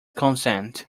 consent